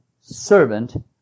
servant